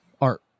art